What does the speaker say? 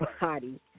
body